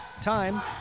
Time